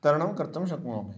तरणं कर्तुं शक्नोमि